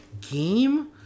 game